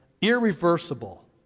irreversible